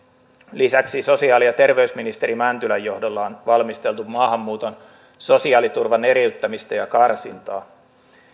lisäksi sosiaali ja terveysministeri mäntylän johdolla on valmisteltu maahanmuuton sosiaaliturvan eriyttämistä ja karsintaa